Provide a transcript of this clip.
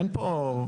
אין פה.